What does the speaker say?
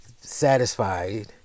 satisfied